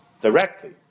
directly